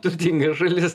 turtinga šalis